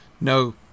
No